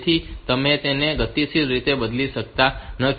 તેથી તમે તેને ગતિશીલ રીતે બદલી શકતા નથી